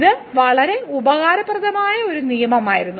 ഇത് വളരെ ഉപകാരപ്രദമായ ഒരു നിയമമായിരുന്നു